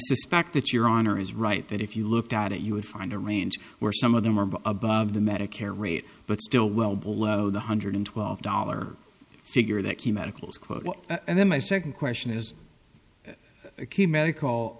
suspect that your honor is right that if you looked at it you would find a range where some of them are above the medicare rate but still well below one hundred twelve dollar figure that he medicals quote and then my second question is